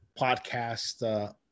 podcast